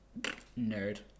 nerd